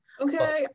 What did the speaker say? okay